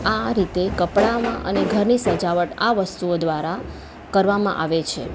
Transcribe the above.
આ રીતે કપડામાં અને ઘરની સજાવટ આ વસ્તુઓ દ્વારા કરવામાં આવે છે